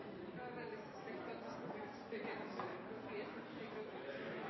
er veldig